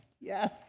Yes